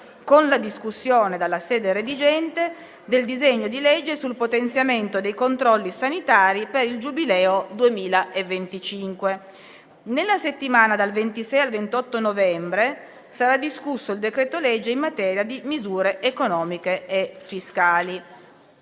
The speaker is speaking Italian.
con la discussione dalla sede redigente del disegno di legge sul potenziamento dei controlli sanitari per il Giubileo 2025. Nella settimana dal 26 al 28 novembre sarà discusso il decreto-legge in materia di misure economiche e fiscali.